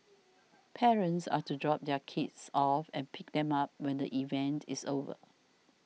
parents are to drop their kids off and pick them up when the event is over